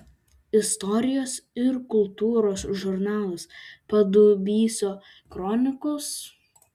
istorijos ir kultūros žurnalas padubysio kronikos